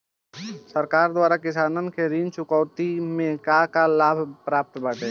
सरकार द्वारा किसानन के ऋण चुकौती में का का लाभ प्राप्त बाटे?